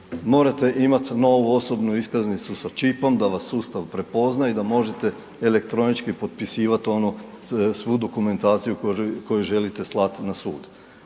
morate imat novu osobnu iskaznicu sa čipom da vas sustav prepozna i da možete elektronički potpisivat ono, svu dokumentaciju koju želite slat na sud,